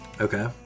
okay